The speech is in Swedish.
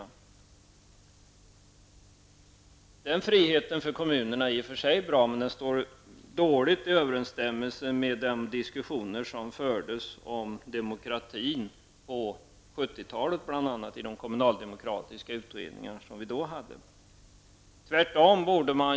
En sådan frihet för kommunerna är i och för sig bra, men den står i dålig överensstämmelse med de diskussioner som fördes på 70-talet om demokratin i bl.a. de kommunaldemokratiska utredningar som då gjordes.